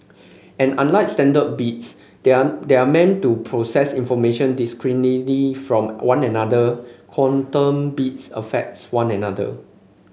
and unlike standard bits they are they are meant to process information discretely from one another quantum bits affects one another